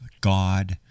God